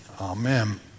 Amen